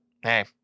hey